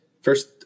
First